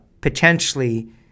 potentially